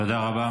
תודה רבה.